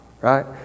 right